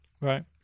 Right